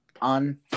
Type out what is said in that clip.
on